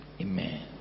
Amen